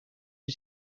est